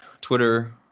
Twitter